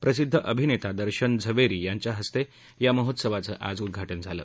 प्रसिद्ध् अभिनेता दर्शन झवेरी यांच्या हस्ते महोत्सवाचं उद्वाटन झालं